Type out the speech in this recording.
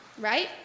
right